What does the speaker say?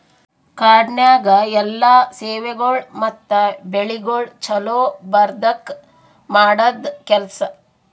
ಕಾಡನ್ಯಾಗ ಎಲ್ಲಾ ಸೇವೆಗೊಳ್ ಮತ್ತ ಬೆಳಿಗೊಳ್ ಛಲೋ ಬರದ್ಕ ಮಾಡದ್ ಕೆಲಸ